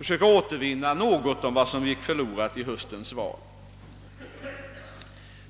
att återvinna något av vad som gick förlorat vid höstens val.